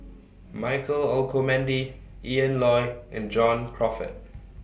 Michael Olcomendy Ian Loy and John Crawfurd